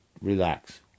Relax